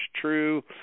true